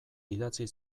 idatzi